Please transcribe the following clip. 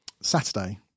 Saturday